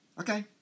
Okay